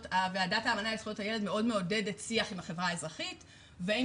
ועדת האמנה לזכויות הילד מאוד מעודדת שיח עם החברה האזרחית ועם